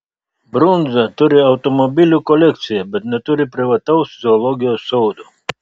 brunza turi automobilių kolekciją bet neturi privataus zoologijos sodo